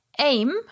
aim